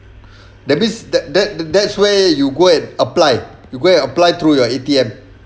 that means that that that's where you go and apply you go and apply through your A_T_M